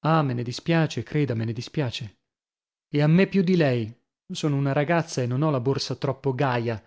ah me ne dispiace creda me ne dispiace e a me più di lei sono una ragazza e non ho la borsa troppo gaia